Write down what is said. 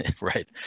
Right